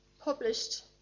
published